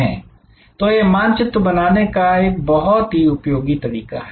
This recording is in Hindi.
तो यह मानचित्र बनाने का एक बहुत ही उपयोगी तरीका है